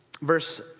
Verse